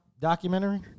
documentary